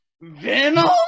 Venom